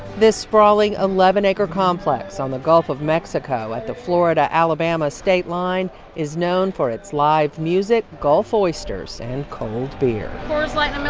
this sprawling eleven acre complex on the gulf of mexico at the florida-alabama state line is known for its live music, gulf oysters and cold beer coors light and a miller